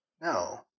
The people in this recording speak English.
No